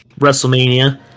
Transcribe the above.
Wrestlemania